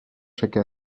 chaque